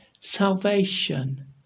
salvation